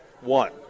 one